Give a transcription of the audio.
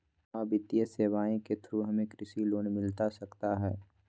आ वित्तीय सेवाएं के थ्रू हमें कृषि लोन मिलता सकता है?